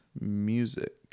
music